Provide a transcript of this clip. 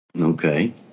Okay